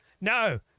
no